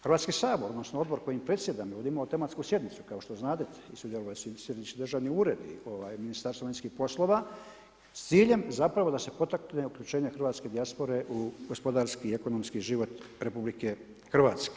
Hrvatski sabor, odnosno odbor kojim predsjedam je imao tematsku sjednicu kao što znadete i sudjelovao je središnji državni ured i Ministarstvo vanjskih poslova s ciljem da se potakne uključenje hrvatske dijaspore u gospodarski i ekonomski život RH.